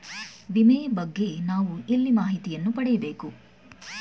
ವಿಮೆಯ ಬಗ್ಗೆ ನಾವು ಎಲ್ಲಿ ಮಾಹಿತಿಯನ್ನು ಪಡೆಯಬೇಕು?